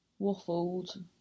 waffled